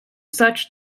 such